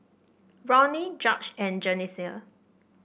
Ronny George and Jessenia